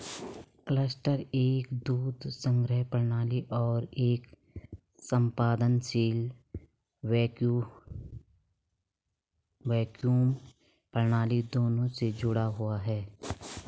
cluster एक दूध संग्रह प्रणाली और एक स्पंदनशील वैक्यूम प्रणाली दोनों से जुड़ा हुआ है